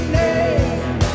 name